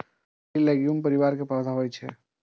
फली लैग्यूम परिवार के पौधा होइ छै